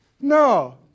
No